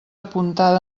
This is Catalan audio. apuntar